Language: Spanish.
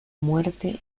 muerte